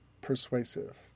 persuasive